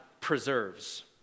preserves